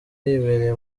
yibereye